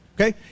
Okay